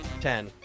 Ten